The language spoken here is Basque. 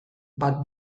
bat